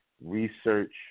research